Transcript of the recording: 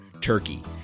turkey